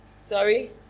Sorry